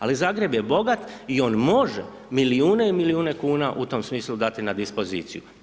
Ali Zagreb je bogat i on može milijune i milijune kuna u tom smislu dati na dispoziciju.